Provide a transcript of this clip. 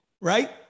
right